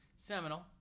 Seminal